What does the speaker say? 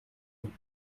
you